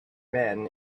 men